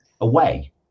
away